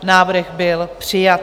Návrh byl přijat.